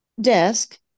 desk